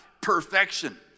perfection